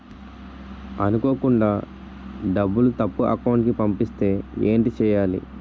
అనుకోకుండా డబ్బులు తప్పు అకౌంట్ కి పంపిస్తే ఏంటి చెయ్యాలి?